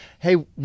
Hey